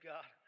God